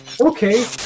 okay